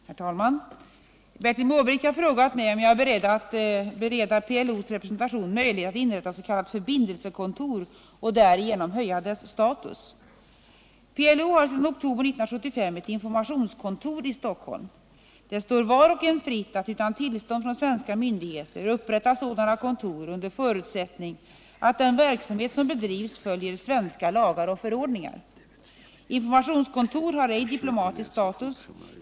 Herr talman! Bertil Måbrink har frågat om jag är beredd att bereda PLO:s representation möjlighet att inrätta s.k. förbindelsekontor och därigenom höja dess status. PLO har sedan oktober 1975 ett informationskontor i Stockholm. Det står var och en fritt att utan tillstånd från svenska myndigheter upprätta sådana kontor under förutsättning att den verksamhet som bedrivs följer svenska lagar och förordningar. Informationskontor har ej diplomatisk status.